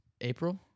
April